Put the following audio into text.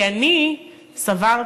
כי אני סברתי,